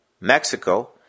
Mexico